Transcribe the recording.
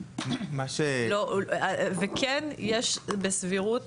וכן יש סבירות